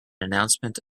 announcement